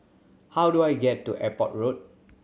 how do I get to Airport Road